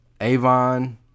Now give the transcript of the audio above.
Avon